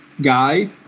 guy